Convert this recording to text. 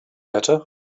better